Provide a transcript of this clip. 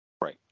Right